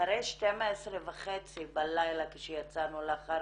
אחרי 24:30 בלילה כשיצאנו אחרי